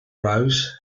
rose